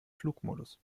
flugmodus